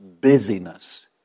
busyness